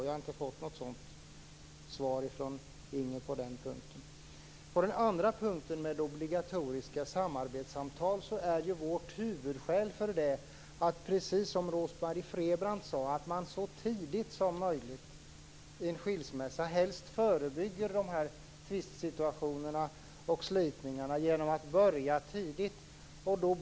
Jag har inte heller fått något sådant svar från Inger Segelström på den punkten. Den andra punkten var obligatoriska samarbetssamtal. Vårt huvudskäl för det är att man, precis som Rose-Marie Frebran sade, vid en skilsmässa bäst förebygger de här tvistsituationerna och slitningarna genom att börja så tidigt som möjligt.